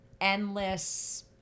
endless